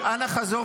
אבל שיענה על השאלה.